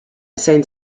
sent